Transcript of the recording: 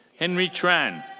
henry tran.